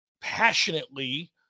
passionately